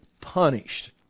punished